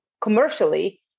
commercially